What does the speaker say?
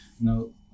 no